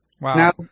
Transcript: Wow